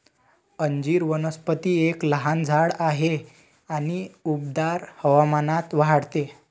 अंजीर वनस्पती एक लहान झाड आहे आणि उबदार हवामानात वाढते